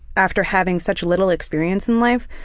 after having such little experience in life,